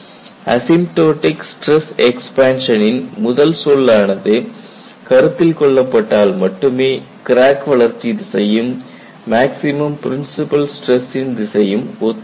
asymptotic stress எக்ஸ்பான்ஷனின் முதல் சொல்லானது கருத்தில் கொள்ளப்பட்டால் மட்டுமே கிராக் வளர்ச்சி திசையும் மேக்ஸிமம் பிரின்சிபல் ஸ்டிரஸ்சின் திசையும் ஒத்துப்போகும்